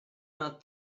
not